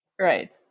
Right